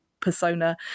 persona